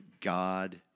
god